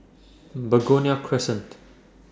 Begonia Crescent